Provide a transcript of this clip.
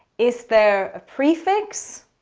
is there a prefix?